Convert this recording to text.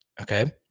okay